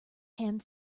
hand